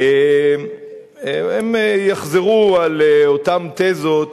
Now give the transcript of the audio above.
הם יחזרו על אותן תזות